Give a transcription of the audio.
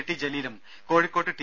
T ജലീലും കോഴിക്കോട്ട് T